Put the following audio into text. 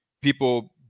people